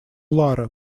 ларо